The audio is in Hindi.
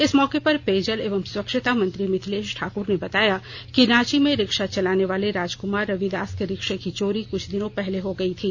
इस मौके पर पेयजल एवं स्वच्छता मंत्री मिथिलेश ठाकुर ने बताया कि रांची में रिक्षा चलाने वाले राजकुमार रविदास के रिक्षे की चोरी कुछ दिनों पहले हो गई थी